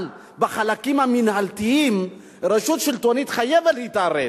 אבל בחלקים המינהליים רשות שלטונית חייבת להתערב.